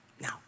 Now